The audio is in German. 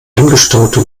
angestaute